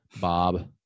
Bob